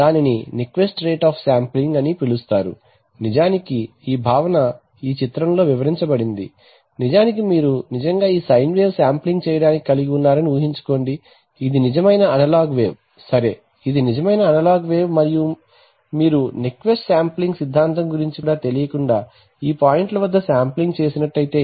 దానిని Nyquist rate of sampling అని పిలుస్తారు నిజానికి ఈ భావన ఈ చిత్రంలో వివరించబడింది నిజానికి మీరు నిజంగా ఈ సైన్ వేవ్ శాంప్లింగ్ చేయడానికి కలిగి ఉన్నారని ఊహించుకోండి ఇది నిజమైన అనలాగ్ వేవ్ సరే ఇది నిజమైన అనలాగ్ వేవ్ మరియు మీరు నైక్విస్ట్ శాంప్లింగ్ సిద్ధాంతం గురించి తెలియకుండా ఈ పాయింట్ల వద్ద శాంప్లింగ్ చేసినట్లైతే